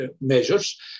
measures